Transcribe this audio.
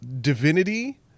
divinity